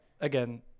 again